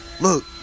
Look